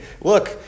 Look